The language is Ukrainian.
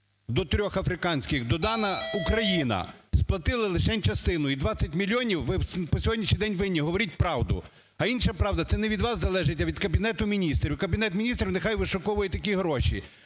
до 3 африканських додана Україна. Сплатили лишень частину і 20 мільйонів ви по сьогоднішній день винні, говоріть правду. А інша правда – це не від залежить, а від Кабінету Міністрів. Кабінет Міністрів нехай вишуковує такі гроші.